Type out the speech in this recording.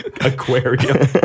aquarium